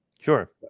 Sure